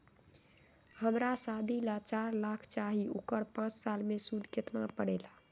हमरा शादी ला चार लाख चाहि उकर पाँच साल मे सूद कितना परेला?